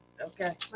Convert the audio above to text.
Okay